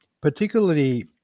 particularly